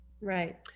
Right